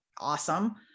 awesome